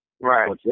Right